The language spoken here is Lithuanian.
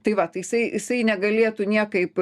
tai va tai jisai jisai negalėtų niekaip